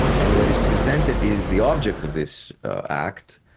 and what is presented is the object of this act,